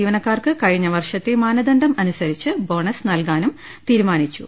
ജീവനക്കാർക്ക് കഴിഞ്ഞ വർഷത്തെ മാനദണ്ഡം അനുസ രിച്ച് ബോണസ് നൽകാനും തീരുമാനിച്ചു